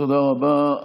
תודה רבה.